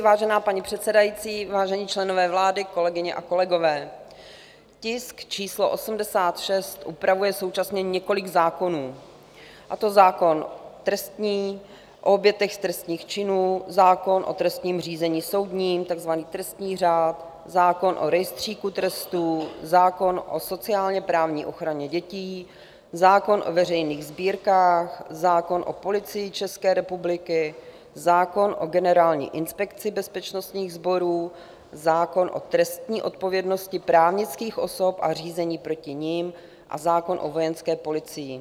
Vážená paní předsedající, vážení členové vlády, kolegyně a kolegové, tisk číslo 86 upravuje současně několik zákonů, a to zákon trestní, o obětech trestných činů, zákon o trestním řízení soudním, takzvaný trestní řád, zákon o rejstříku trestů, zákon o sociálněprávní ochraně dětí, zákon o veřejných sbírkách, zákon o Policii České republiky, zákon o Generální inspekci bezpečnostních sborů, zákon o trestní odpovědnosti právnických osob a řízení proti nim a zákon o Vojenské policii.